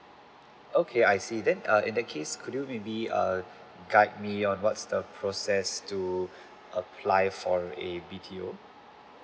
okay I see then err in that case could you maybe err guide me on what's the process to apply for a B_T_O